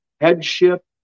Headship